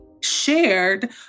shared